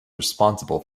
responsible